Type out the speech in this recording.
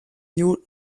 newton